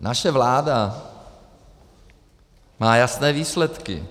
Naše vláda má jasné výsledky.